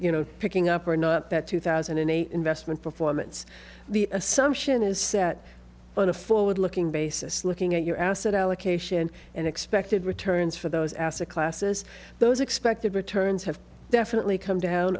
you know picking up or not that two thousand and eight investment performance the assumption is set on a forward looking basis looking at your asset allocation and expected returns for those asset classes those expected returns have definitely come down